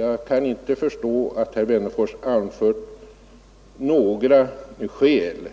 Herr Wennerfors har inte anfört några andra skäl